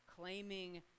claiming